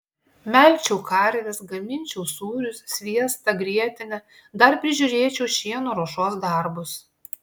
melžčiau karves gaminčiau sūrius sviestą grietinę dar prižiūrėčiau šieno ruošos darbus